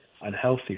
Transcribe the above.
unhealthy